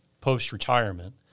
post-retirement